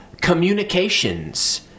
communications